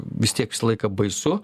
vis tie visą laiką baisu